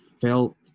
felt